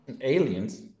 Aliens